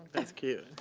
that's cute.